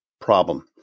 problem